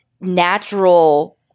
natural –